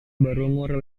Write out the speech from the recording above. berumur